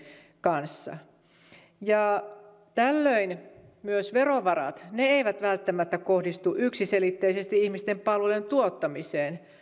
kanssa tällöin eivät myös verovarat välttämättä kohdistu yksiselitteisesti ihmisten palveluiden tuottamiseen